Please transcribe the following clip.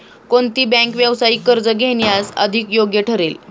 कोणती बँक व्यावसायिक कर्ज घेण्यास अधिक योग्य ठरेल?